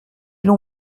l’on